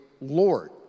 Lord